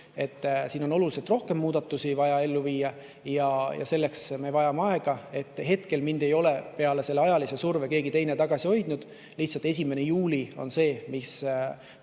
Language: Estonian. tarvis oluliselt rohkem muudatusi ellu viia ja selleks me vajame aega. Hetkel mind ei ole peale selle ajalise surve miski muu tagasi hoidnud. Lihtsalt 1. juuli on see, mis